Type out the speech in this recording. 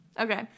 Okay